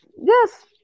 Yes